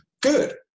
Good